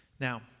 Now